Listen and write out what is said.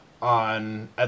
On